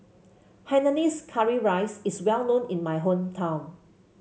Hainanese Curry Rice is well known in my hometown